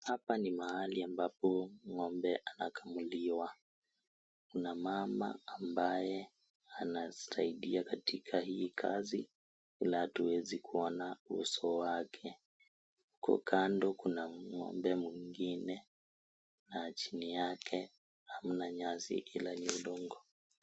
Hapa ni mahali ambapo ng'ombe anakamuliwa na mama ambaye anasaidia katika hii kazi ila hatuwezi kuona uso wake, huko kando kuna ng'ombe mwingine na chini yake hamna nyasi ila ni udongo.